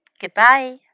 goodbye